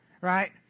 right